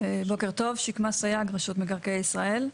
בוקר טוב, שקמה סיג רשות מקרקעי ישראל.